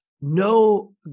No